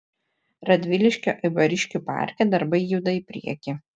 radviliškio eibariškių parke darbai juda į priekį